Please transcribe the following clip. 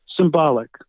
symbolic